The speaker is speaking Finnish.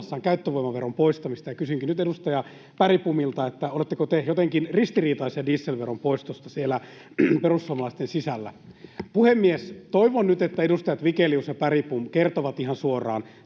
käyttövoimaveron poistamista, ja kysynkin nyt edustaja Bergbomilta: oletteko te jotenkin ristiriitaisia dieselveron poistosta siellä perussuomalaisten sisällä? Puhemies! Toivon nyt, että edustajat Vigelius ja Bergbom kertovat ihan suoraan: